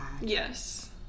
yes